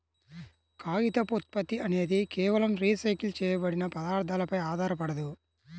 కాగితపు ఉత్పత్తి అనేది కేవలం రీసైకిల్ చేయబడిన పదార్థాలపై ఆధారపడదు